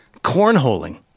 cornholing